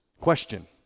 question